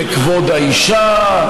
וכבוד האישה,